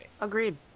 Agreed